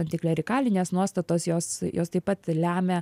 antiklerikalinės nuostatos jos jos taip pat lemia